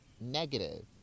negative